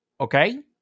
Okay